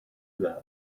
loved